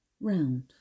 round